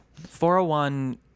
401